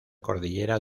cordillera